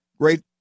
great